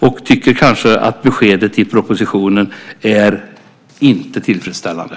De tycker kanske att beskedet i propositionen inte är tillfredsställande.